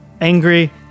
angry